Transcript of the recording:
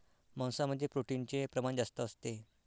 मांसामध्ये प्रोटीनचे प्रमाण जास्त असते